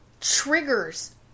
triggers